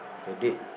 your date